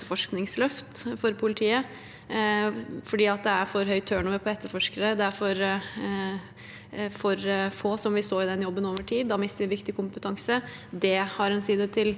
etterforskningsløft for politiet fordi det er for høy turnover på etterforskere, og det er for få som vil stå i den jobben over tid. Da mister vi viktig kompetanse. Det har en side til